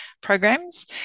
programs